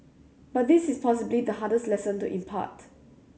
but this is possibly the hardest lesson to impart